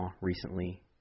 recently